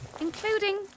Including